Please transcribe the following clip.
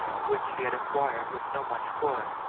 which he had acquired with so much toil,